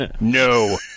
No